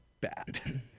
bad